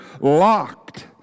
locked